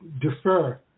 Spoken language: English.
defer